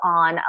on